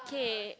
okay